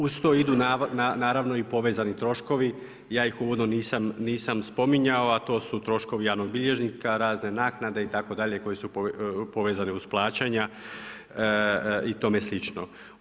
Uz to idu naravno i povezani troškovi, ja ih uvodno nisam spominjao, a to su troškovi javnog bilježnika, razne naknade itd., koje su povezane uz plaćanja i tome slično.